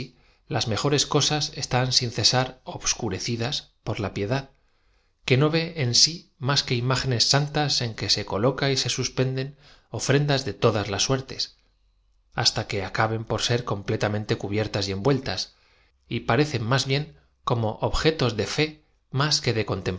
las m ejores cosas están sin cesar obscurecidas por la piedad que no v e en si más que imágenes santas en que se coloca y se sus pende ofrendas de todas suertes hasta que acaben por ser completamente cubiertas y envueltas y pare cen más bien como objetos de fe más que de